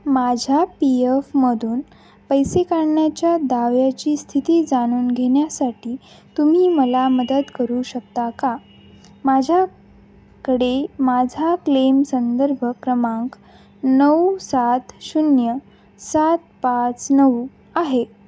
माझ्या पी यफमधून पैसे काढण्याच्या दाव्याची स्थिती जाणून घेण्यासाठी तुम्ही मला मदत करू शकता का माझ्याकडे माझा क्लेम संदर्भ क्रमांक नऊ सात शून्य सात पाच नऊ आहे